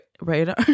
radar